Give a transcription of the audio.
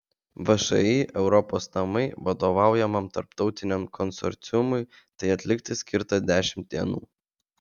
všį europos namai vadovaujamam tarptautiniam konsorciumui tai atlikti skirta dešimt dienų